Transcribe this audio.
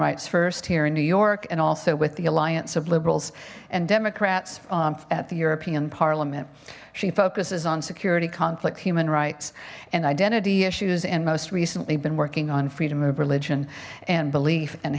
rights first here in new york and also with the alliance of liberals and democrats at the european parliament she focuses on security conflict human rights and identity issues and most recently been working on freedom of religion and belief and